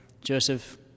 Joseph